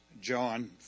John